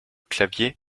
clavier